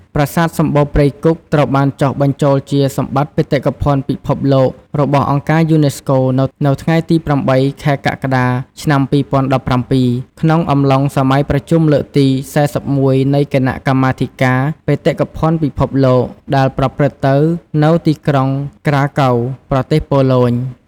ប្រាសាទសម្បូរព្រៃគុក ត្រូវបានចុះបញ្ចូលជា សម្បត្តិបេតិកភណ្ឌពិភពលោករបស់អង្គការយូណេស្កូ នៅថ្ងៃទី ៨ ខែកក្កដា ឆ្នាំ២០១៧ ក្នុងអំឡុងសម័យប្រជុំលើកទី ៤១ នៃគណៈកម្មាធិការបេតិកភណ្ឌពិភពលោក ដែលប្រព្រឹត្តទៅនៅទីក្រុង ក្រាកូវ (Krakow) ប្រទេសប៉ូឡូញ។